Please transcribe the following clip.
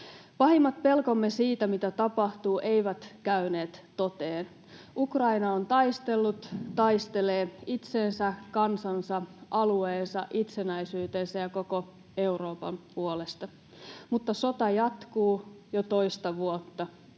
Pahimmat pelkomme siitä, mitä tapahtuu, eivät käyneet toteen. Ukraina on taistellut ja taistelee itsensä, kansansa, alueensa, itsenäisyytensä ja koko Euroopan puolesta. Mutta sota jatkuu jo toista vuotta.